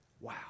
Wow